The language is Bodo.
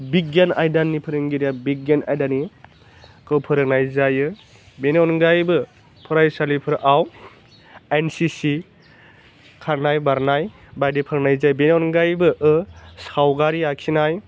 बिगियान आयदानि फोरोंगिरिया बिगियान आयदानि खौ फोरोंनाय जायो बेनि अनगायैबो फरायसालिफोरआव एनसिसि खारनाय बारनाय बादि फोरोंनाय जायो बेनि अनगायैबो ओह सावगारि आखिनाय